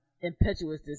impetuousness